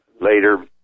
later